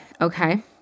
okay